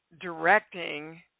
directing